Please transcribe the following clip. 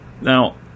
Now